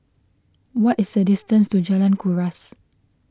what is the distance to Jalan Kuras